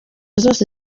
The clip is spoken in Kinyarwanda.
zose